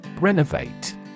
Renovate